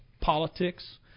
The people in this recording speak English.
politics